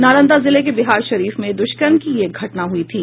नालंदा जिले के बिहारशरीफ में द्रष्कर्म की यह घटना हई थी